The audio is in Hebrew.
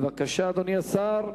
בבקשה, אדוני השר.